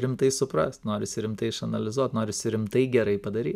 rimtai suprast norisi rimtai išanalizuot norisi rimtai gerai padaryt